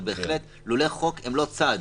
אבל בהחלט לולא חוק הם לא צד.